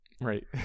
Right